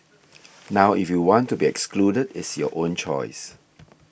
now if you want to be excluded it's your own choice